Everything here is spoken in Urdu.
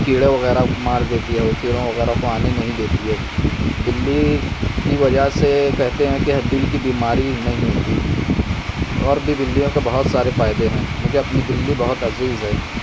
کیڑے وغیرہ کو مار دیتی ہے وہ کیڑوں وغیرہ کو آنے نہیں دیتی ہے بلی اپنی وجہ سے کہتے ہیں کہ دل کی بیماری نہیں ہونے دیتی اور بھی بلیوں سے بہت سارے فائدے ہیں مجھے اپنی بلی بہت عزیز ہے